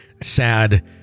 sad